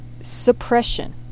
suppression